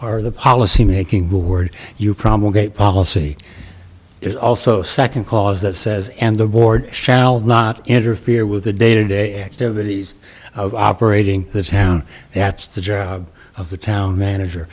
are the policy making the word you promulgated policy there's also second clause that says and the board shall not interfere with the day to day activities of operating the town that's the job of the town